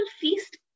feast